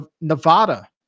Nevada